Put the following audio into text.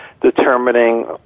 determining